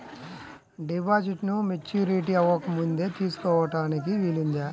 డిపాజిట్ను మెచ్యూరిటీ అవ్వకముందే తీసుకోటానికి వీలుందా?